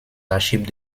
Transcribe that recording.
archives